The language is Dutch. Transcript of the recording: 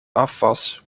afwas